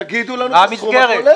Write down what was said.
תגידו לנו את הסכום הכולל.